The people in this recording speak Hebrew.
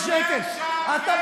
משקר.